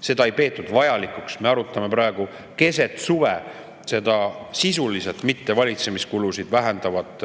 Seda ei peetud vajalikuks. Me arutame praegu, keset suve, seda sisuliselt valitsemiskulusid mittevähendavat